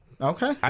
Okay